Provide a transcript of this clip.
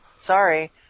sorry